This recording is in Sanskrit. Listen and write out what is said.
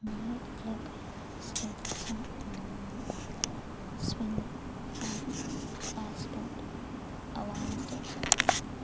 नैट् क्लब् स्टेप् च swing fact fast out advantages